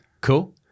cool